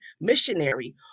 missionary